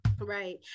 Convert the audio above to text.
right